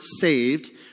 saved